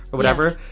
or whatever.